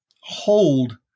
hold